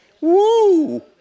Woo